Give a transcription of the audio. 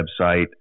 website